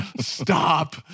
stop